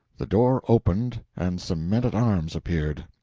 the door opened, and some men-at-arms appeared.